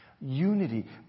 Unity